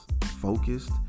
focused